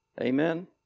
Amen